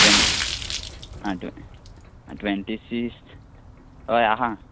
ट्वँट आ ट्वॅ आ ट्वँटी फिफ्त हय आसा